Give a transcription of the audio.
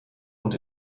und